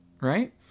right